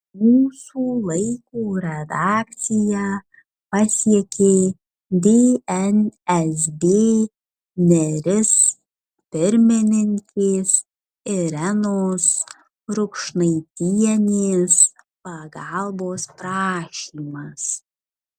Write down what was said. mūsų laiko redakciją pasiekė dnsb neris pirmininkės irenos rukšnaitienės pagalbos prašymas